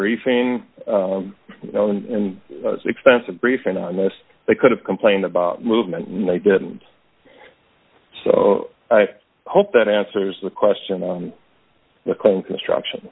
briefing and expensive briefing on this they could have complained about movement and they didn't so i hope that answers the question on the coin construction